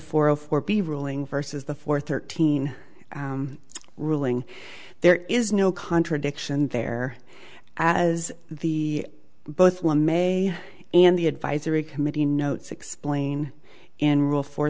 four a four b ruling versus the four thirteen ruling there is no contradiction there as the both one may and the advisory committee notes explain in rule fo